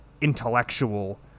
intellectual